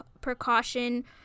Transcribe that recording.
precaution